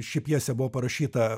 ši pjesė buvo parašyta